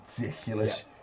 ridiculous